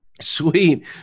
Sweet